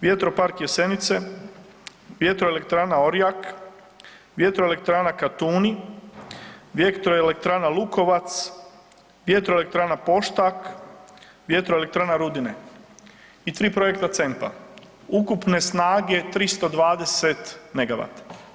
Vjetropark Jesenice, Vjetroelektrana Orjak, Vjetroelektrana Katuna, Vjetroelektrana Lukovac, Vjetroelektrana Poštak, Vjetroelektrana Rudine i 3 projekta CEPM-a ukupne snage 320 MW.